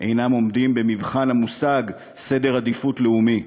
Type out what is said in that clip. אינן עומדות במבחן המושג סדר עדיפות לאומי.